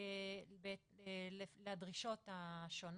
לדרישות השונות.